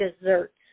desserts